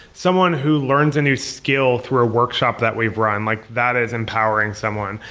someone who learns a new skill through a workshop that we've run, like that is empowering someone.